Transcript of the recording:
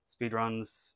speedruns